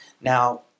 Now